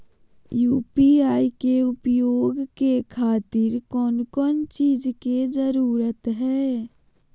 UPI के उपयोग के खातिर कौन कौन चीज के जरूरत है?